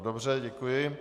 Dobře, děkuji.